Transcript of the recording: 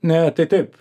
na tai taip